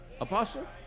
apostle